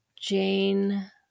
jane